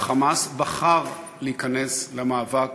ה"חמאס" בחר להיכנס למאבק